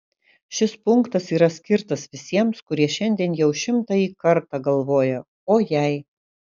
šis punktas yra skirtas visiems kurie šiandien jau šimtąjį kartą galvoja o jei